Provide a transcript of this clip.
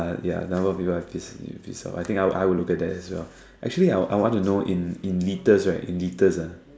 uh ya ya I think I would would look at that at well actually I I want to know in in litres right in litres ah